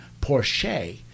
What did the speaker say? porsche